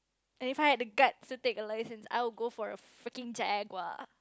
and if I had the guts to take the license I will go for a freaking Jaguar